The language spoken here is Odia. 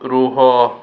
ରୁହ